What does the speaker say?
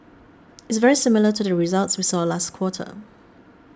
it's very similar to the results we saw last quarter